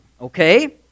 okay